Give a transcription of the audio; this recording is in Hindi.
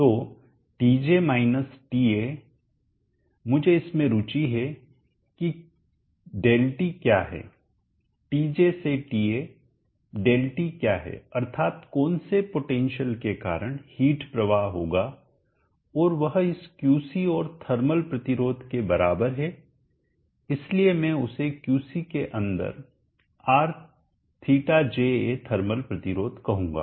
तो टीजे माइनस टीए मुझे इसमें रुचि है कि ΔT क्या है TJ से TA ΔT क्या है अर्थात कौन से पोटेंशियल के कारण हिट प्रवाह होगा और वह इस क्यूसी और थर्मल प्रतिरोध के बराबर है इसलिए मैं उसे क्यूसी के अंदर RθJA थर्मल प्रतिरोध कहूंगा